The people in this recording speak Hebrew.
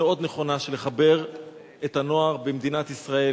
המאוד-נכונה של לחבר את הנוער במדינת ישראל,